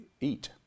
eat